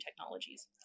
technologies